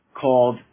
called